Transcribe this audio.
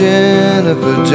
Jennifer